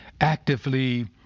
actively